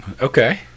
Okay